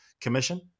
commission